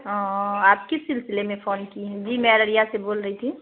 اں آپ کس سلسلے میں فون کی ہیں جی میں اریا سے بول رہی تھی